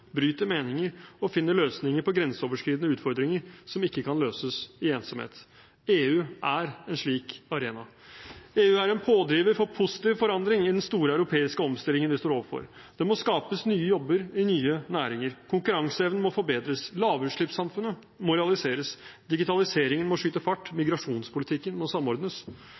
bryter meninger og finner løsninger på grenseoverskridende utfordringer som ikke kan løses i ensomhet. EU er en slik arena. EU er en pådriver for positiv forandring i den store europeiske omstillingen vi står overfor. Det må skapes nye jobber i nye næringer. Konkurranseevnen må forbedres. Lavutslippssamfunnet må realiseres. Digitaliseringen må skyte fart. Migrasjonspolitikken må samordnes.